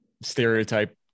stereotype